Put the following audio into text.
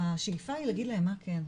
השאיפה היא להגיד להם מה כן,